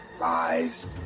Lies